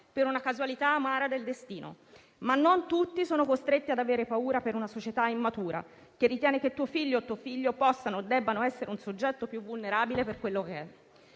per una casualità amara del destino, ma non tutti sono costretti ad avere paura per una società immatura, che ritiene che tuo figlio o tua figlia possano o debbano essere un soggetto più vulnerabile per quello che è.